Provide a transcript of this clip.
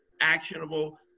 actionable